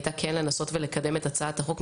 הייתה כן לנסות לקדם את הצעת החוק,